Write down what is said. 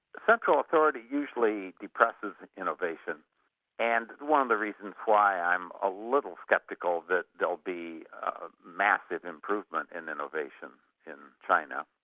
central authority usually depresses innovation and one of the reasons why i'm a little sceptical that there'll be massive improvement in innovation in china,